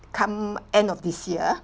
come end of this year